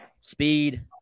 speed